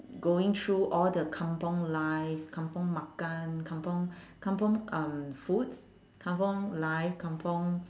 going through all the kampung life kampung makan kampung kampung um foods kampung life kampung